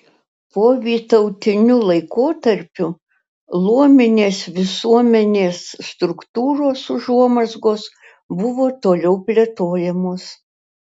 povytautiniu laikotarpiu luominės visuomenės struktūros užuomazgos buvo toliau plėtojamos